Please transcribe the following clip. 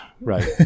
Right